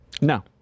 No